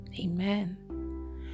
Amen